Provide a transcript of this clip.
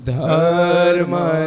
Dharma